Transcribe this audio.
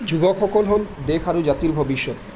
যুৱকসকল হ'ল দেশ আৰু জাতিৰ ভৱিষ্যত